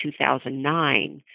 2009